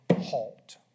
halt